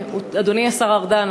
אדוני השר ארדן,